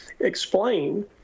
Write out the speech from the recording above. explain